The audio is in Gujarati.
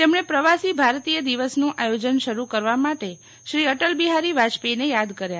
તેમણે પ્રવાસી ભારતીય દિવસનું આયોજન શરૂ કરવા માટે શ્રી અટલ બિહારી વાજપેયીને યાદ કર્યા